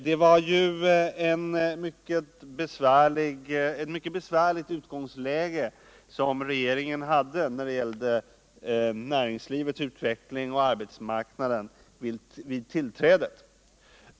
Det var ett mycket besvärligt utgångsläge som regeringen hade när det gällde näringslivets utveckling och arbetsmarknaden vid regeringstillträdet.